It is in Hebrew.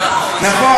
אומנם, נכון.